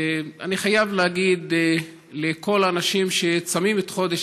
אני חייב להגיד לכל האנשים שצמים את חודש